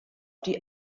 die